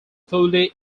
fully